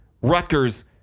Rutgers